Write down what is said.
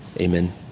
Amen